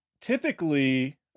typically